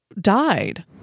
died